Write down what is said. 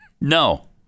No